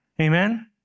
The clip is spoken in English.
Amen